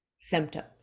symptoms